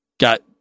Got